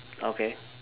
okay